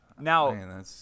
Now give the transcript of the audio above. Now